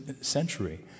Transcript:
century